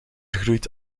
groeit